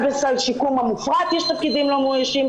גם בסל שיקום המופרט יש תפקידים לא מאוישים,